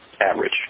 average